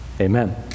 Amen